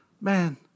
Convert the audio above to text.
man